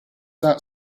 that